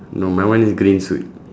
no my one is green suit